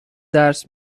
درس